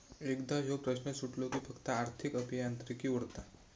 एकदा ह्यो प्रश्न सुटलो कि फक्त आर्थिक अभियांत्रिकी उरता